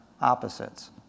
opposites